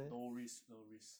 low risk low risk